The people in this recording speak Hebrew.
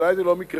ואולי זה לא מקרה,